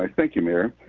ah thank you, mayor.